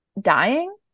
dying